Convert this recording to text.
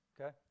Okay